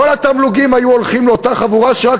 כל התמלוגים היו הולכים לאותה חבורה שרק